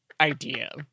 idea